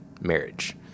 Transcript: marriage